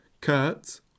Kurt